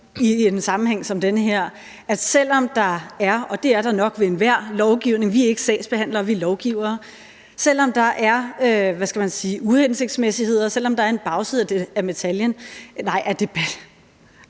i en sammenhæng som den her, at selv om der er, og det er der nok ved enhver lovgivning – vi er ikke sagsbehandlere, vi er lovgivere – hvad skal man sige, uhensigtsmæssigheder, selv om der er en bagside af medaljen, så vil